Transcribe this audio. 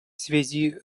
связи